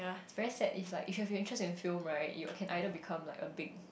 it's very sad if like if you're interest in film right you can either become like a big